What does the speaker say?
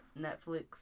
Netflix